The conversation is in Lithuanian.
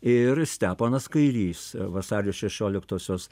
ir steponas kairys vasario šešioliktosios